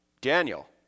Daniel